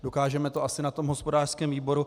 Dokážeme to asi na hospodářském výboru.